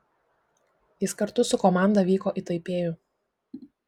jis kartu su komanda vyko į taipėjų